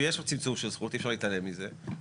מכשולים להעמיס על המנגנון.